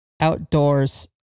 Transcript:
outdoors